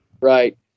right